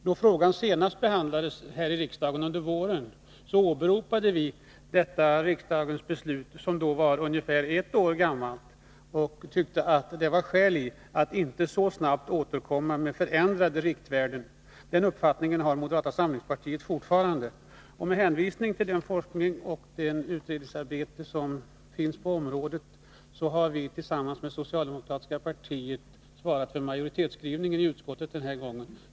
Då frågan senast behandlades här i riksdagen — under våren — åberopade vi detta riksdagens beslut, som då var ungefär ett år gammalt, och tyckte att det var skäl att inte så snabbt återkomma med förändrade riktvärden. Den uppfattningen har moderata samlingspartiet fortfarande. Med hänvisning till den forskning och det utredningsarbete som görs på området svarar vi tillsammans med socialdemokratiska partiet för majoritetsskrivningen i utskottet den här gången.